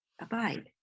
abide